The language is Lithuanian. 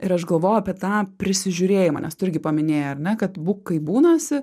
ir aš galvoju apie tą prisižiūrėjimą nes tu irgi paminėjai ar ne kad būk kaip būnasi